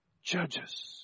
Judges